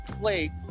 play